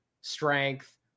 strength